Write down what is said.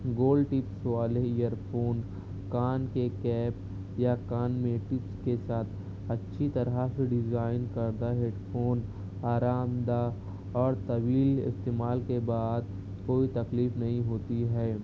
گول tips والے earphone کان کے کیپ یا کان میں ٹپس کے ساتھ اچھی طرح سے ڈیزائن کردہ ہیڈ فون آرام دہ اور طویل استعمال کے بعد کوئی تکلیف نہیں ہوتی ہے